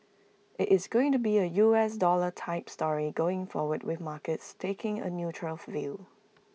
IT is going to be A U S dollar type story going forward with markets taking A neutral of view